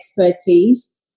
expertise